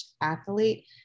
athlete